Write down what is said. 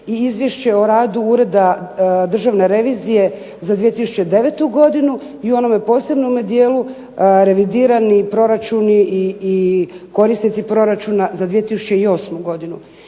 i Izvješće o radu Ureda Državne revizije za 2009. godinu i u onome posebnome dijelu revidirani proračuni i korisnici proračuna za 2008. godinu.